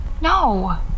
No